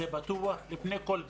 זה בטוח, לפני כל בדיקה.